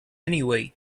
anyway